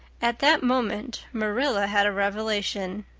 at that moment marilla had a revelation.